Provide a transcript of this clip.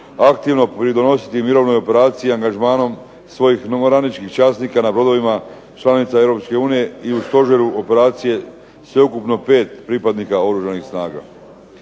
aktivno pridonositi mirovnoj operaciji angažmanom svojih …/Ne razumije se./… časnika na brodovima članica Europske unije i u stožeru operacije sveukupno 5 pripadnika Oružanih snaga.